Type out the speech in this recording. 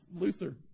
Luther